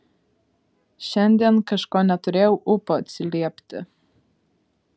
šiandien kažko neturėjau ūpo atsiliepti